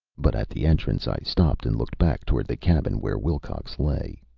but at the entrance i stopped and looked back toward the cabin where wilcox lay.